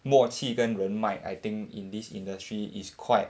默契跟人脉 I think in this industry is quite